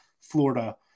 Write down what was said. Florida